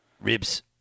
ribs